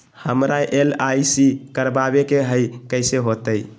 हमरा एल.आई.सी करवावे के हई कैसे होतई?